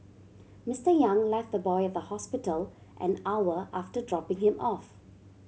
Mister Yang left the boy at the hospital an hour after dropping him off